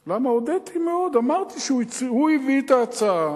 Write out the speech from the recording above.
למה, הודיתי מאוד, אמרתי שהוא הביא את ההצעה,